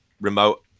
remote